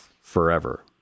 forever